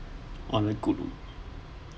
on a good